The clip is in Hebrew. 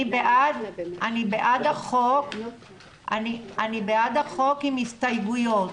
אני בעד החוק עם הסתייגויות.